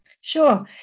Sure